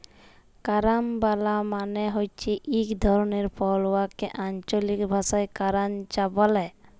carambola মালে হছে ইক ধরলের ফল উয়াকে আল্চলিক ভাষায় কারান্চ ব্যলে